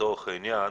לצורך העניין,